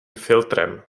filtrem